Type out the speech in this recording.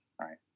right